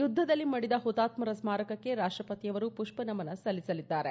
ಯುದ್ದದಲ್ಲಿ ಮಡಿದ ಹುತಾತ್ಕರ ಸ್ನಾರಕಕ್ಕೆ ರಾಷ್ಷಪತಿಯವರು ಪುಷ್ಪನಮನ ಸಲ್ಲಿಸಲಿದ್ದಾರೆ